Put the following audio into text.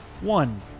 One